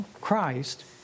Christ